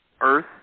earth